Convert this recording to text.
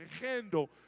handle